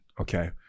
okay